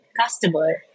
customer